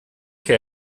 che